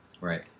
right